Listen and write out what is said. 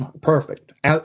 Perfect